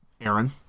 Aaron